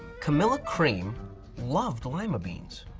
camilla cream loved lima beans,